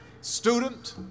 student